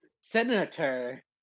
Senator